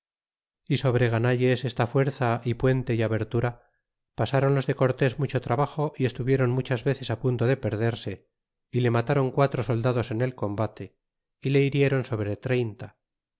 bergantines y sobre ganalles esta fuerza y puente y abertura pasron los de cortés mucho trabajo y estuvieron muchas veces á punto de perderse e le matáron quatro soldados en el combate y le hirieron sobre treinta